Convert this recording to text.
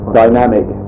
dynamic